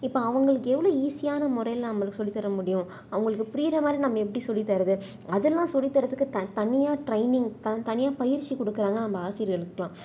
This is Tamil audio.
இப்போ அவங்களுக்கு எவ்வளோ ஈஸியான முறையில் நம்மளுக்கு சொல்லித்தர முடியும் அவங்களுக்கு புரிகிற மாதிரி நாம் எப்படி சொல்லித்தரது அதெல்லாம் சொல்லித்தரதுக்கு த தனியாக ட்ரைனிங் த தனியாக பயிற்சி கொடுக்குறாங்க நம்ம ஆசிரியர்களுக்கலாம்